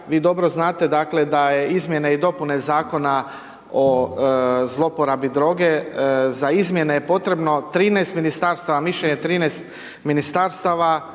Vi dobro znate dakle da je izmjene i dopune Zakona o zlouporabi droge, za izmjene je potrebno 13 ministarstava, mišljenje 13 ministarstava